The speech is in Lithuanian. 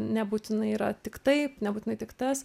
nebūtinai yra tiktai nebūtinai tik tas